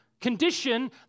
condition